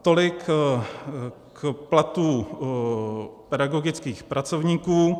Tolik k platu pedagogických pracovníků.